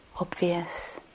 obvious